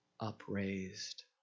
upraised